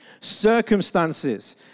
circumstances